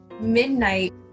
midnight